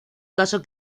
caso